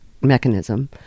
mechanism